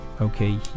Okay